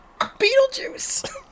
Beetlejuice